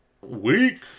Week